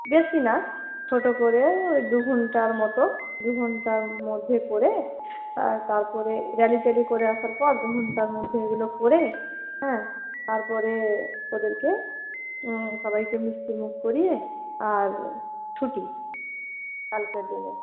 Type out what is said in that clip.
বেশি না ছোটো করে ওই দু ঘণ্টার মতো দু ঘণ্টার মধ্যে করে আর তারপরে র্যালি ট্যালি করে আসার পর দু ঘণ্টার মধ্যে এগুলো করে হ্যাঁ তারপরে ওদেরকে সবাইকে মিষ্টি মুখ করিয়ে আর ছুটি কালকের দিনে